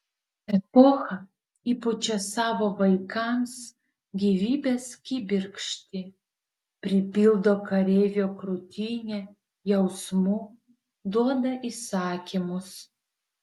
epocha įpučia savo vaikams gyvybės kibirkštį pripildo kareivio krūtinę jausmų duoda įsakymus